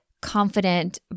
confident